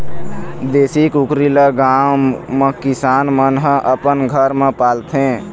देशी कुकरी ल गाँव म किसान मन ह अपन घर म पालथे